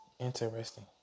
interesting